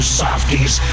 softies